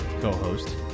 co-host